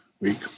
week